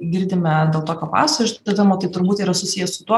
girdime dėl tokio paso išdavimo tai turbūt yra susijęs su tuo